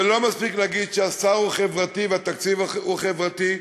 לא מספיק להגיד שהשר חברתי והתקציב חברתי,